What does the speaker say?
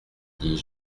dis